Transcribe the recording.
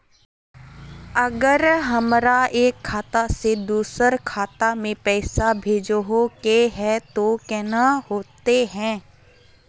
अगर हमरा एक खाता से दोसर खाता में पैसा भेजोहो के है तो केना होते है?